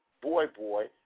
boy-boy